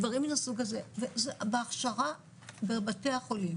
דברים מהסוג הזה ובהכשרה בבתי החולים